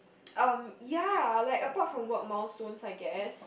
um ya like apart from work milestones I guess